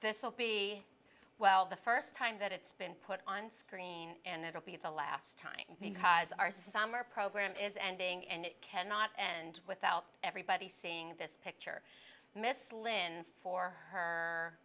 will be well the first time that it's been put on screen and it will be the last time because our summer program is ending and it cannot and without everybody seeing this picture miss lynn for her